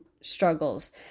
struggles